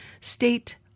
state